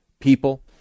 people